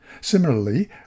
Similarly